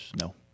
No